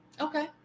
Okay